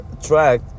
track